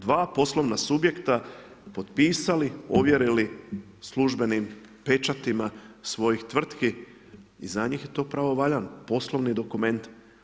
Dva poslovna subjekta potpisali, ovjerili službenim pečatima svojih tvrtki i za njih je to pravovaljan poslovni dokument.